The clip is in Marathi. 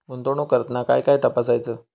गुंतवणूक करताना काय काय तपासायच?